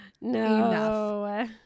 No